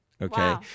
Okay